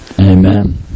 Amen